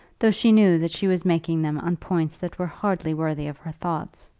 though she knew that she was making them on points that were hardly worthy of her thoughts.